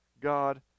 God